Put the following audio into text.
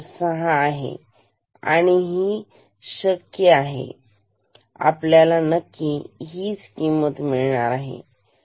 6 आहे आणि ही शक्य आहे आपल्याला नक्की हीच किंमत मिळणार आहे